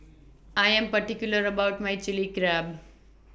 I Am particular about My Chilli Crab